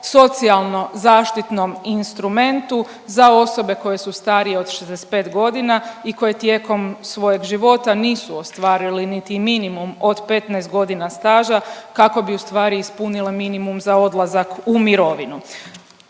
socijalno zaštitnom instrumentu za osobe koje su starije od 65.g. i koje tijekom svojeg života nisu ostvarili niti minimum od 15.g. staža kako bi ustvari ispunile minimum za odlazak u mirovinu.